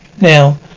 Now